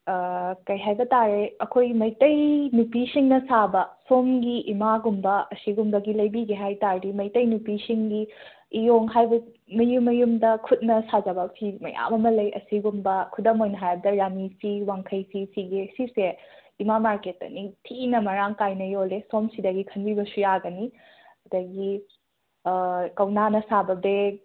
ꯀꯩ ꯍꯥꯏꯕꯇꯥꯔꯦ ꯑꯩꯈꯣꯏ ꯃꯩꯇꯩ ꯅꯨꯄꯤꯁꯤꯡꯅ ꯁꯥꯕ ꯁꯣꯝꯒꯤ ꯏꯃꯥꯒꯨꯝꯕ ꯑꯁꯤꯒꯨꯝꯕꯒꯤ ꯂꯩꯕꯤꯒꯦ ꯍꯥꯏꯇꯥꯔꯗꯤ ꯃꯩꯇꯩ ꯅꯨꯄꯤꯁꯤꯡꯒꯤ ꯏꯌꯣꯡ ꯍꯥꯏꯕ ꯃꯌꯨꯝ ꯃꯌꯨꯝꯗ ꯈꯨꯠꯅ ꯁꯥꯖꯕ ꯐꯤ ꯃꯌꯥꯝ ꯑꯃ ꯂꯩ ꯑꯁꯤꯒꯨꯝꯕ ꯈꯨꯗꯝ ꯑꯣꯏꯅ ꯍꯥꯏꯔꯕꯗ ꯔꯥꯅꯤ ꯐꯤ ꯋꯥꯡꯈꯩ ꯐꯤ ꯐꯤꯒꯦ ꯁꯤꯁꯦ ꯏꯃꯥ ꯃꯥꯔꯀꯦꯠꯇ ꯅꯤꯡꯊꯤꯅ ꯃꯔꯥꯡ ꯀꯥꯏꯅ ꯌꯣꯜꯂꯦ ꯁꯣꯝ ꯁꯤꯗꯒꯤ ꯈꯟꯕꯤꯕꯁꯨ ꯌꯥꯒꯅꯤ ꯑꯗꯒꯤ ꯀꯧꯅꯥꯅ ꯁꯥꯕ ꯕꯦꯛ